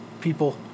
people